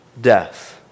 death